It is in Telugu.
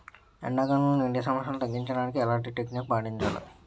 ఎండా కాలంలో, నీటి సమస్యలను తగ్గించడానికి ఎలాంటి టెక్నిక్ పాటించాలి?